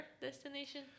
destination